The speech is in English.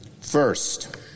First